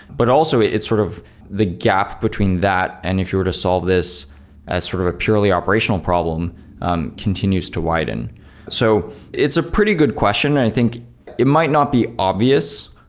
but also, it's sort of the gap between that and if you were to solve this as sort of a purely operational problem um continues to widen so it's a pretty good question. i think it might not be obvious.